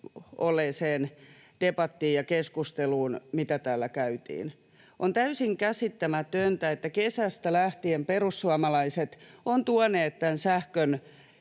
olleeseen debattiin ja keskusteluun, mitä täällä käytiin. On täysin käsittämätöntä, että kesästä lähtien perussuomalaiset ovat tuoneet esiin tämän sähkön